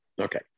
Okay